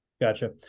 gotcha